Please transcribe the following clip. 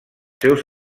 seus